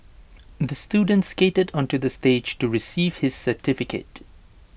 the student skated onto the stage to receive his certificate